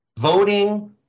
voting